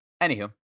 anywho